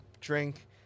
drink